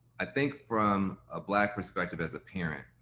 i think from a black perspective as a parent,